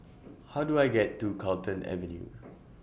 How Do I get to Carlton Avenue